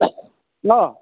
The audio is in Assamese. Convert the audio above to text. ন